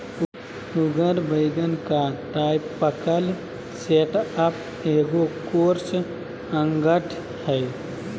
उगर वैगन का typical setup एगो कोर्स अंगठ हइ